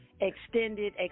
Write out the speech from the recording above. extended